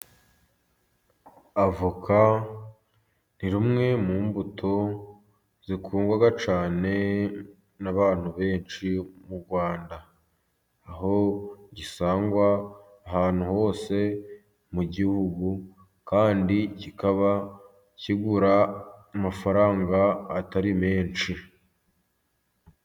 Avoka ni rumwe mu mbuto zikundwa cyane n'abantu benshi mu Rwanda, aho gisangwa ahantu hose mu gihugu kandi kikaba kigura amafaranga atari menshi.